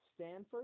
Stanford